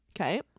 Okay